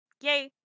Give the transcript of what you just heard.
Yay